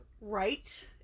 right